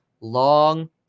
long